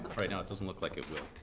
right now it doesn't look like it will.